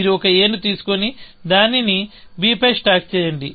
మీరు ఒక a ని తీసుకొని దానిని b పై స్టాక్ చేయండి